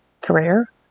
career